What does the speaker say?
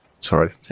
Sorry